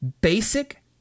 basic